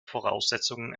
voraussetzungen